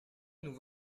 nous